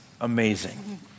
amazing